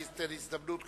אני אתן הזדמנות,